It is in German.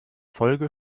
folge